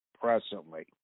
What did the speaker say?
presently